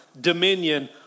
dominion